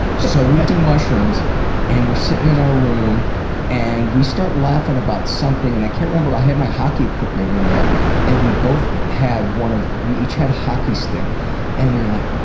so we do mushrooms and we're sitting in our room and we start laughing about something, and i can't remember. i had my hockey equipment in there and we both had one of, we each had a hockey stick and we're like,